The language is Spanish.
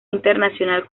internacional